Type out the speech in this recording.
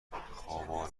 خواب